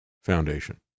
Foundation